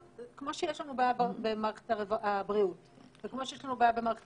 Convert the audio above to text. כמו שיש לנו בעיה במערכת הבריאות וכמו שיש לנו בעיה במערכת